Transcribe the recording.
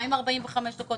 מה עם 45 שניות?